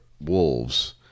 Wolves